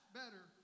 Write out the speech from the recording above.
better